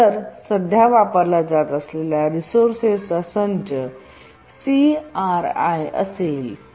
जर सध्या वापरल्या जात असलेल्या रिसोर्स चा संच CRI असेल तर